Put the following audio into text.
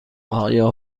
آیا